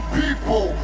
people